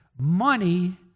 money